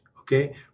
okay